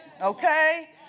Okay